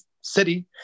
city